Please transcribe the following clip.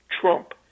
trump